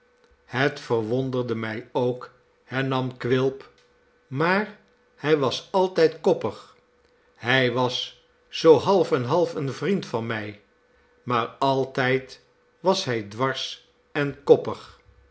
het verwonderde mij ook hernam quilp maar hij was altijd koppig hij was zoo half en half een vriend van mij maar altijd was hij dwars en koppig